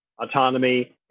Autonomy